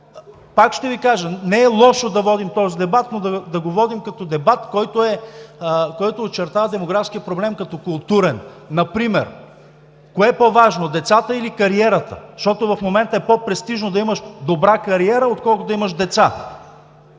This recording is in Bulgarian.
Пак ще Ви кажа обаче, не е лошо да водим този дебат, но да го водим като дебат, който очертава демографския проблем като културен. Например кое е по-важно – децата или кариерата? Защото в момента е по-престижно да имаш добра кариера, отколкото да имаш деца.